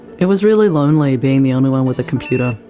it was really lonely, being the only one with a computer,